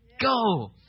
go